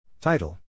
Title